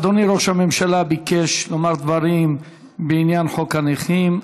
אדוני ראש הממשלה ביקש לומר דברים בעניין חוק הנכים.